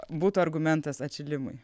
būtų argumentas atšilimui